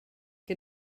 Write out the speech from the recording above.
que